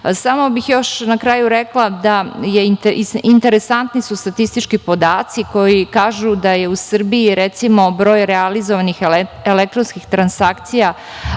bih još na kraju rekla da su interesantni statistički podaci koji kažu da je u Srbiji, recimo, broj realizovanih elektronskih transakcija